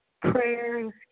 prayers